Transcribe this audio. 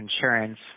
insurance